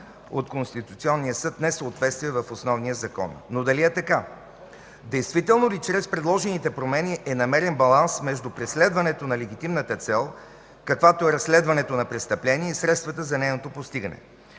от Конституционния съд несъответствие в основния закон. Но дали е така? Действително ли чрез предложените промени е намерен баланс между преследването на легитимната цел, каквато е разследването на престъпления и средствата за нейното постигане?